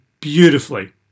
beautifully